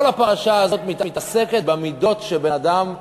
כל הפרשה הזו מתעסקת במידות שבין אדם לחברו.